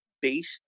based